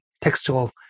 textual